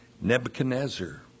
Nebuchadnezzar